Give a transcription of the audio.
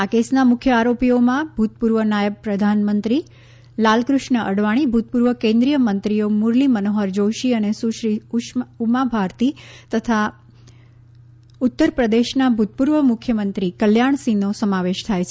આ કેસના મુખ્ય આરોપીઓમાં ભૂતપૂર્વ નાયબ પ્રધાનમંત્રી લાલક઼ષ્ણ અડવાણી ભૂતપૂર્વ કેન્દ્રીય મંત્રીઓ મુરલી મનોહર જોષી અને સુશ્રી ઉમા ભારતી તથા ઉત્તર પ્રદેશના ભૂતપૂર્વ મુખ્યમંત્રી કલ્યાણસિંહનો સમાવેશ થાય છે